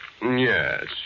Yes